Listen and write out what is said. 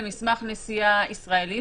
למסמך נסיעה ישראלי.